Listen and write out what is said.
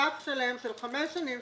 נדבך שלם של חמש שנים,